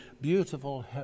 beautiful